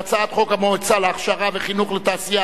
ההצעה להעביר את הצעת חוק המועצה להכשרה וחינוך לתעשייה,